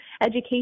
education